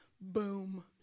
boom